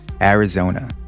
Arizona